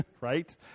right